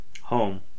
Home